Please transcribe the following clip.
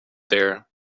there